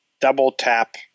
double-tap